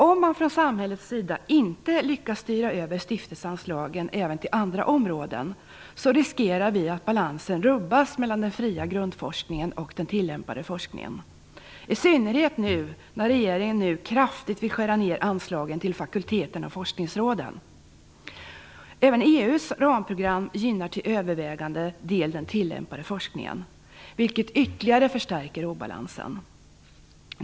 Om man från samhällets sida inte lyckas styra över stiftelseanslagen även till andra områden riskerar vi att balansen mellan den fria grundforskningen och den tillämpade forskningen rubbas. Det gäller i synnerhet nu när regeringen kraftigt vill skära ned anslagen till fakulteterna och forskningsråden. Även EU:s ramprogram gynnar till övervägande del den tillämpade forskningen, vilket ytterligare förstärker obalansen.